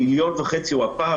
ה-1.5 מיליון שקל, הוא הפער.